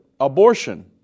abortion